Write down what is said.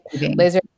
Laser